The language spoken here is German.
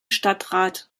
stadtrat